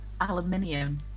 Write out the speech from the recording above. aluminium